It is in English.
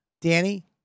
Danny